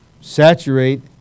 saturate